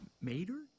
Mater